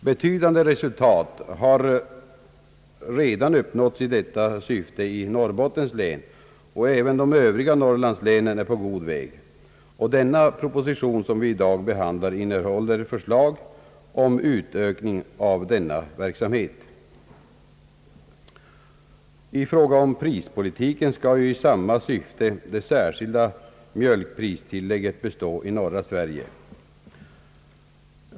Betydande resultat i detta syfte har redan uppnåtts i Norrbottens län och även de övriga norrlandslänen är på god väg. Den proposition som vi i dag behandlar innehåller också förslag om utökning av denna verksamhet. I fråga om prispolitiken skall i samma syfte det särskilda mjölkpristillägget bestå i norra Sverige.